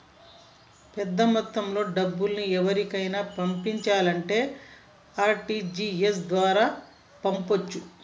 పెద్దమొత్తంలో డబ్బుల్ని ఎవరికైనా పంపించాలంటే ఆర్.టి.జి.ఎస్ ద్వారా పంపొచ్చు